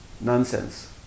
nonsense